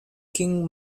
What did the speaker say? king